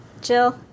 Jill